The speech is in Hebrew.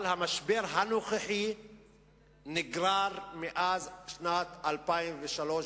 אבל המשבר הנוכחי נגרר מאז שנת 2003,